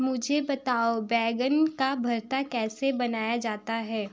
मुझे बताओ बैंगन का भर्ता कैसे बनाया जाता है